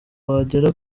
wagera